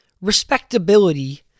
respectability